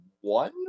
one